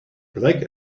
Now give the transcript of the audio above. black